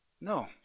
No